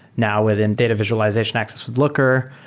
now within data visualization access with looker.